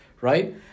right